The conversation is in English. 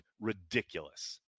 ridiculous